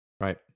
Right